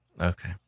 Okay